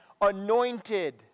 anointed